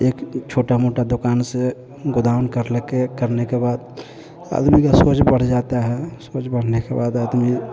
एक छोटा मोटा दुकान से गोदाउन कर ले कर करने के बाद आदमी का सोच बढ़ जाता है सोच बढ़ने के बाद आदमी